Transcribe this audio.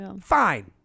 Fine